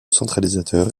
centralisateur